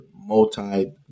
multi